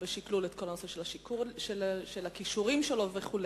לוקח בשקלול את כל הנושא של הכישורים שלו וכו',